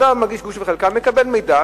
אדם מגיש גוש וחלקה, מקבל מידע.